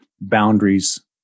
boundaries